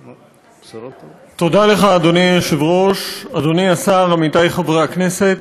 היושב-ראש, תודה לך, אדוני השר, עמיתי חברי הכנסת,